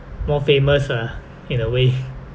more famous ah in a way